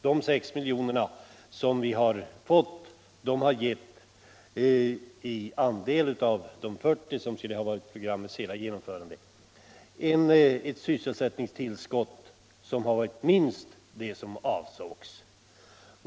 De 6 milj.kr. som vi har fått har i relation till de 40 miljonerna givit ett sysselsättningstillskott, som har varit minst det som avsågs.